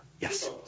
Yes